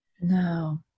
no